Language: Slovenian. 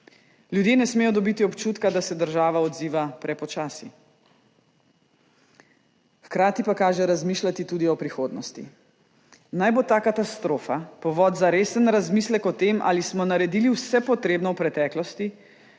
Ljudje ne smejo dobiti občutka, da se država odziva prepočasi. Hkrati pa kaže razmišljati tudi o prihodnosti. Naj bo ta katastrofa povod za resen razmislek o tem, ali smo naredili vse potrebno v preteklosti,